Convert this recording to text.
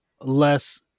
less